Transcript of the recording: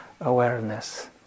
awareness